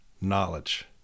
Knowledge